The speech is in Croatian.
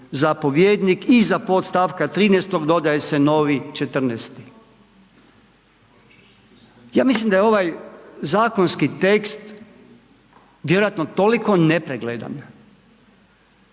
zapovjednik i za pod stavka 13. dodaje se novi 14.-ti. Ja mislim da je ovaj zakonski tekst vjerojatno toliko nepregledan